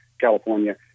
California